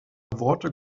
worte